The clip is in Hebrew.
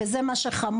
וזה מה שחמור,